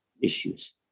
issues